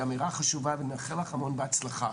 היא אמירה חשובה ואני מאחל לך המון בהצלחה.